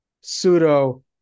pseudo